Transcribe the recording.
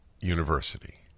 university